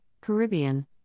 Caribbean